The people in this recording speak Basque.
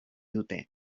dute